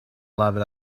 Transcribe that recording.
loved